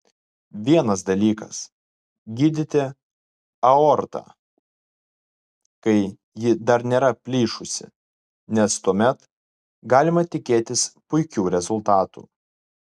vienas dalykas gydyti aortą kai ji dar nėra plyšusi nes tuomet galima tikėtis puikių rezultatų